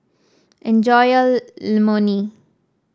enjoy your Imoni